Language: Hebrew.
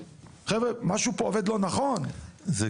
חבר'ה, משהו פה עובד לא נכון.